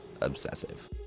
obsessive